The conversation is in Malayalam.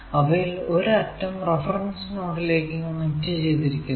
അവയിൽ ഒരു അറ്റം റഫറൻസ് നോഡിലേക്കു കണക്ട് ചെയ്തിരിക്കുന്നു